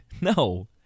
No